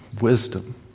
wisdom